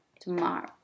tomorrow